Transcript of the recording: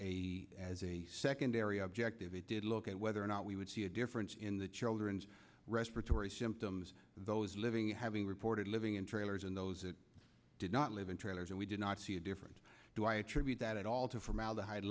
a as a secondary objective it did look at whether or not we would see a difference in the children's respiratory symptoms those living having reported living in trailers and those who did not live in trailers and we did not see a different do i attribute that at all to formaldehyde